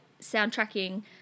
soundtracking